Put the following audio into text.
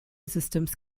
systems